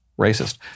racist